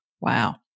wow